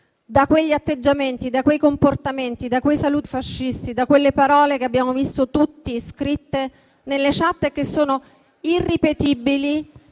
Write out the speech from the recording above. da quegli atteggiamenti, da quei comportamenti, da quei saluti fascisti, da quelle parole che abbiamo visto tutti scritte nelle *chat* e che sono irripetibili,